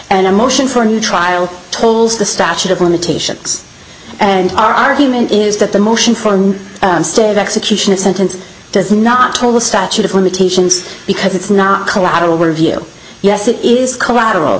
and a motion for a new trial tolls the statute of limitations and our argument is that the motion from stay the execution of sentence does not hold the statute of limitations because it's not collateral review yes it is collateral